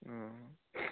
অঁ